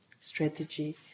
strategy